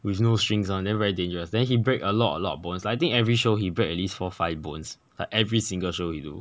with no strings one then very dangerous then he break a lot a lot of bones like I think every show he break at least four five bones like every single show he do